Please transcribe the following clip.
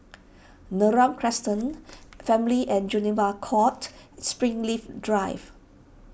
Neram Crescent Family and Juvenile Court Springleaf Drive